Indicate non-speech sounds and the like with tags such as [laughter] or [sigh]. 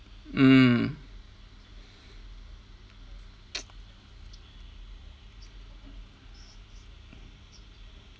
mm [noise]